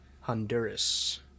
Honduras